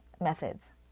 methods